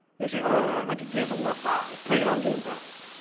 they say. oh look at gears of war five played on game pass